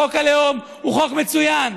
חוק הלאום הוא חוק מצוין.